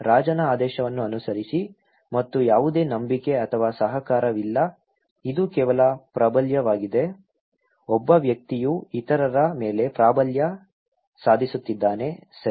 ರಾಜನ ಆದೇಶವನ್ನು ಅನುಸರಿಸಿ ಮತ್ತು ಯಾವುದೇ ನಂಬಿಕೆ ಅಥವಾ ಸಹಕಾರವಿಲ್ಲ ಇದು ಕೇವಲ ಪ್ರಾಬಲ್ಯವಾಗಿದೆ ಒಬ್ಬ ವ್ಯಕ್ತಿಯು ಇತರರ ಮೇಲೆ ಪ್ರಾಬಲ್ಯ ಸಾಧಿಸುತ್ತಿದ್ದಾನೆ ಸರಿ